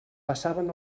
passaven